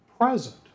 present